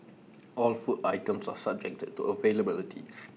all food items are subjected to availability